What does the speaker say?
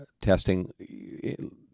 testing